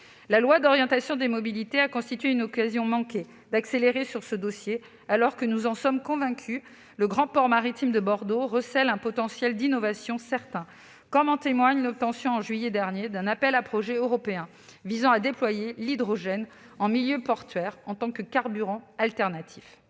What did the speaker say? trafic de conteneurs. La LOM a constitué une occasion manquée d'accélérer sur ce dossier, alors que- nous en sommes convaincus -le grand port maritime de Bordeaux recèle un potentiel d'innovation certain, comme en témoigne l'obtention en juillet dernier d'un appel à projets européen visant à déployer l'hydrogène en milieu portuaire en tant que carburant alternatif.